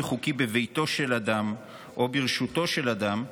חוקי בביתו של אדם או בראשותו של אדם,